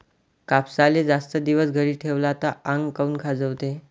कापसाले जास्त दिवस घरी ठेवला त आंग काऊन खाजवते?